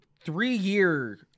three-year